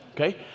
okay